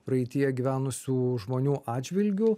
praeityje gyvenusių žmonių atžvilgiu